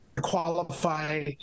qualify